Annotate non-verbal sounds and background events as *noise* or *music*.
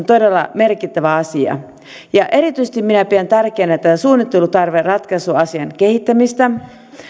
*unintelligible* todella merkittävä asia ja erityisesti minä pidän tärkeänä tämän suunnittelutarveratkaisuasian kehittämistä